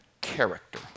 character